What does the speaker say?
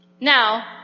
Now